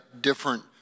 different